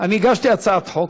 הגשתי הצעת החוק,